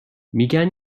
میگن